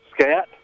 Scat